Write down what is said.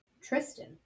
Tristan